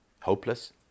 hopeless